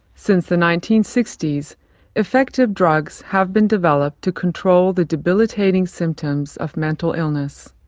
since the nineteen sixty s effective drugs have been developed to control the debilitating symptoms of mental illness.